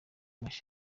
mashya